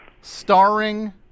Starring